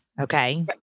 Okay